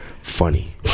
Funny